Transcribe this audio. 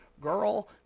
girl